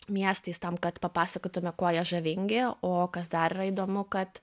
miestais tam kad papasakotume kuo jie žavingi o kas dar yra įdomu kad